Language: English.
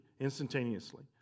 Instantaneously